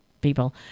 people